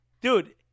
Dude